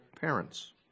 parents